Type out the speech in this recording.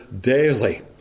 daily